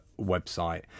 website